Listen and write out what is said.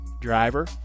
driver